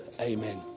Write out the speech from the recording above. amen